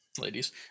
Ladies